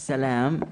סאלם,